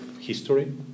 history